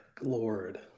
lord